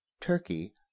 Turkey